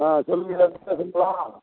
ஆ சொல்லுங்கய்யா